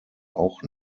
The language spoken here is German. auch